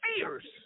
fierce